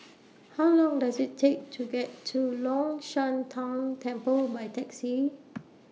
How Long Does IT Take to get to Long Shan Tang Temple By Taxi